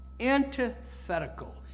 Antithetical